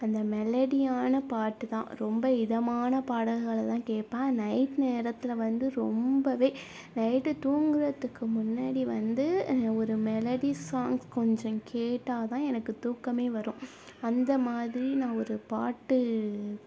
அந்த மெலடியான பாட்டு தான் ரொம்ப இதமான பாடல்களை தான் கேட்பேன் நைட் நேரத்தில் வந்து ரொம்பவே நைட்டு தூங்கறதுக்கு முன்னாடி வந்து ஒரு மெலடி சாங்ஸ் கொஞ்சம் கேட்டால் தான் எனக்கு தூக்கமே வரும் அந்த மாதிரி நான் ஒரு பாட்டு